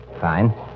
Fine